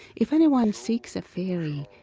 if anyone seeks a fairy,